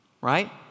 right